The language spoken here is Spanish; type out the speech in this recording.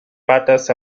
patas